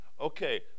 Okay